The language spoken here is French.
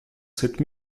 cette